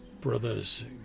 Brothers